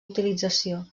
utilització